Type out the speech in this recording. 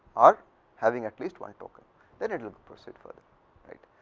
are having at least one token then it will proceed for that right.